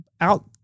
out